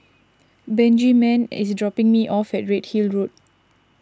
Benjiman is dropping me off at Redhill Road